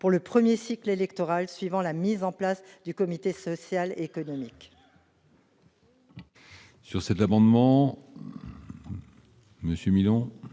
pour le premier cycle électoral suivant la mise en place du comité social et économique.